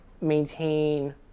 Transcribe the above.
maintain